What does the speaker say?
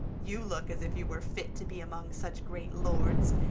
you look as if you were fit to be among such great lords,